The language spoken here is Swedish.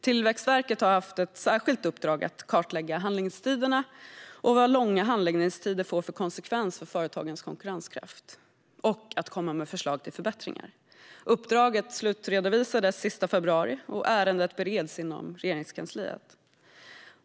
Tillväxtverket har haft ett särskilt uppdrag att kartlägga handläggningstiderna och vad långa handläggningstider får för konsekvenser för företagens konkurrenskraft och att komma med förslag till förbättringar. Uppdraget slutredovisades den sista februari, och ärendet bereds inom Regeringskansliet.